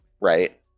Right